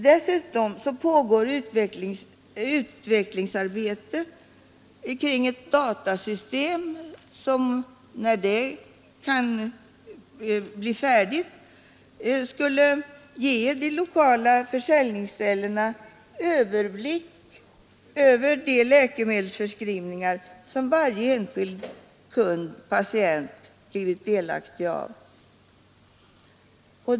Dessutom pågår utvecklingsarbetet kring ett datasystem. som när det blir färdigt skall ge de lokala försäljningsställena överblick över de läkemedelsförskrivningar varje enskild patient blivit delaktig av.